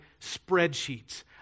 spreadsheets